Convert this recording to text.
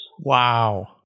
Wow